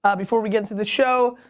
ah before we get into the show,